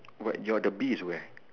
wait your the bee is where